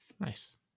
nice